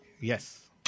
Yes